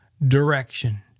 Direction